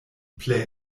play